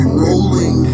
rolling